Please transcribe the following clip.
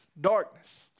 darkness